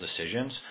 decisions